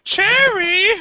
Cherry